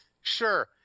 Sure